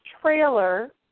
trailer